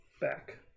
back